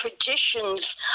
traditions